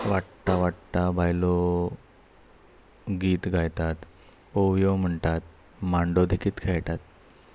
वाडटा वाडटा बायलो गीत गायतात ओवियो म्हणटात मांडो देखीत खेळटात